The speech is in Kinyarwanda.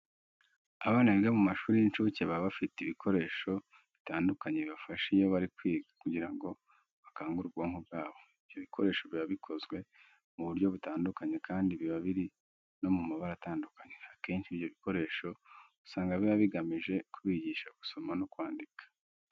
Abana biga mu mashuri y'incuke baba bafite ibikorasho bitandukanye bibafasha iyo bari kwiga kugira ngo bakangure ubwonko bwabo. Ibyo bikoresho biba bikozwe mu buryo butandukanye kandi biba biri no mu mabara atandukanye. Akenshi ibyo bikoresho usanga biba bigamije kubigisha gusoma no kwandika.